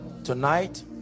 tonight